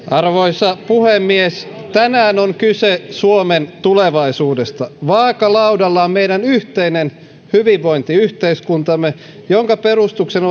arvoisa puhemies tänään on kyse suomen tulevaisuudesta vaakalaudalla on meidän yhteinen hyvinvointiyhteiskuntamme jonka perustuksen